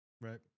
Right